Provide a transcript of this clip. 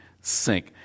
sink